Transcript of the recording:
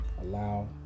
allow